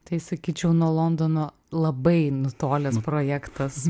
tai sakyčiau nuo londono labai nutolęs projektas